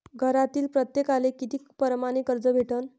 घरातील प्रत्येकाले किती परमाने कर्ज भेटन?